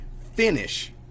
finish